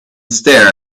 stare